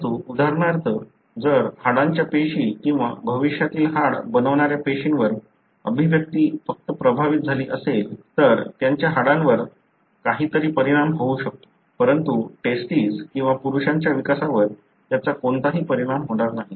परंतु उदाहरणार्थ जर हाडांच्या पेशी किंवा भविष्यातील हाड बनवणाऱ्या पेशींवर अभिव्यक्ती फक्त प्रभावित झाली असेल तर त्यांचा हाडांवर काही तरी परिणाम होऊ शकतो परंतु टेस्टीस किंवा पुरुषांच्या विकासावर त्याचा कोणताही परिणाम होणार नाही